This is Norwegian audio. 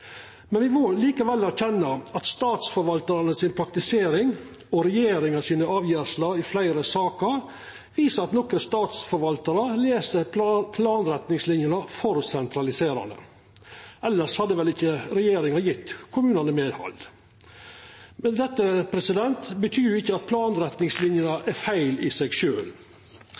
må likevel erkjenna at statsforvaltarane si praktisering og regjeringa sine avgjersler i fleire saker viser at nokre statsforvaltarar les planretningslinene i for sentraliserande retning. Elles hadde vel ikkje regjeringa gjeve kommunane medhald. Men dette betyr ikkje at planretningslinene i seg sjølve er feil.